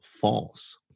false